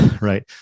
right